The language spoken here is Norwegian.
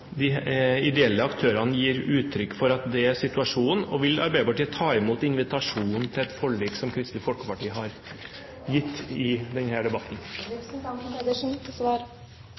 de ideelle aktørene gir uttrykk for at det er situasjonen? Og: Vil Arbeiderpartiet ta imot invitasjonen til et forlik, som Kristelig Folkeparti har gitt i denne debatten?